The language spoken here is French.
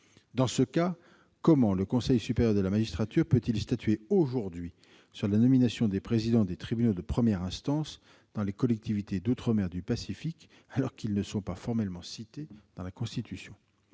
Dans ce cas, comment le Conseil supérieur de la magistrature peut-il statuer, aujourd'hui, sur la nomination des présidents des tribunaux de première instance dans les collectivités d'outre-mer du Pacifique, alors qu'ils ne sont pas formellement cités dans la Constitution ?